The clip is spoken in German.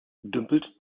dümpelt